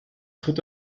tritt